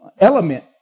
element